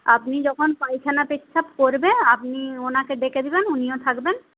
আপনি যখন পায়খানা পেচ্ছাপ করবে আপনি ওনাকে ডেকে দেবেন উনিও থাকবেন